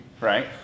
right